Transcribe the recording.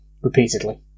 repeatedly